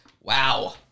Wow